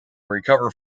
recover